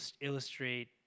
illustrate